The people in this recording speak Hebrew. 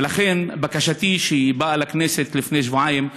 ולכן בקשתי, שהובאה לכנסת לפני שבועיים,